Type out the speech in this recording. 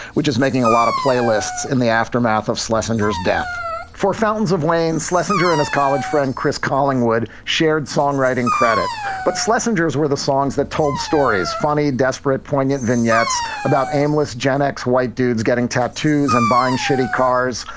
which is making a lot of playlists in the aftermath of schlessinger's death for fountains of wayne slessor during his college friend chris collingwood shared songwriting credit but schlessinger's were the songs that told stories funny, desperate, poignant vignettes about aimless gen-x white dudes getting tattoos and buying shitty cars,